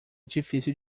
difícil